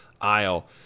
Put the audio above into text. aisle